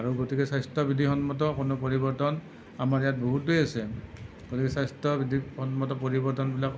আৰু গতিকে স্বাস্থ্য় বিধিসন্মত কোনো পৰিৱৰ্তন আমাৰ ইয়াত বহুতেই আছে গতিকে স্বাস্থ্য়বিধিসন্মত পৰিৱৰ্তনবিলাক